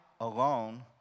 alone